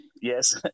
Yes